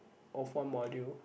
of one module